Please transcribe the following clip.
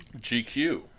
GQ